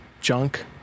junk